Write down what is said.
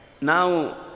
Now